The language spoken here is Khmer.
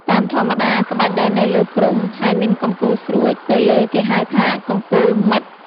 តាមធម្មតា ក្បាច់ដែលនៅលើព្រំ ហើយមានកំពូលស្រួចទៅលើគេហៅថា “កំពូលម៉ិត”។